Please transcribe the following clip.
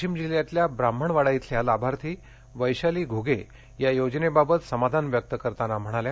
वाशीम जिल्ह्यातल्या ब्राह्मणवाडा इथल्या लाभार्थी वैशाली घ्रे या योजनेबाबत समाधान व्यक्त करताना म्हणाल्या